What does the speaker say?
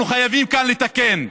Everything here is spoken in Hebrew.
אנחנו חייבים כאן לתקן.